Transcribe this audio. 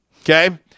Okay